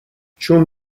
چون